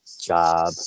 job